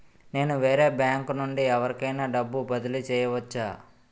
నేను వేరే బ్యాంకు నుండి ఎవరికైనా డబ్బు బదిలీ చేయవచ్చా?